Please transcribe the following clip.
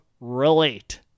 Relate